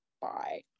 bye